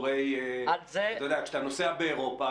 כשאתה נוסע באירופה,